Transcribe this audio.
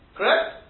Correct